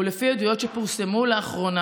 ולפי עדויות שפורסמו לאחרונה,